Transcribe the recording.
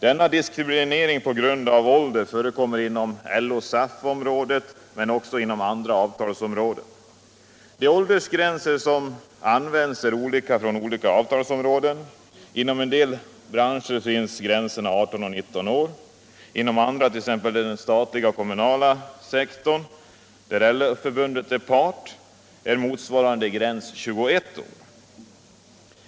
Denna diskriminering på grund av ålder förekommer inom LO-SAF-området men också inom andra avtalsområden. De åldersgränser som används är olika på olika avtalsområden. Inom en del branscher finns gränserna 18 och 19 år. Inom andra, t.ex. den statliga och kommunala sektorn. där LO-förbund är part, är motsvarande gräns, 21 år.